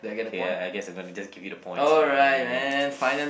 K I guess I'm just gonna give you the points ya ya I mean